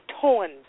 torn